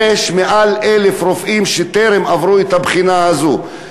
יש יותר מ-1,000 רופאים שטרם עברו את הבחינה הזאת.